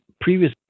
previous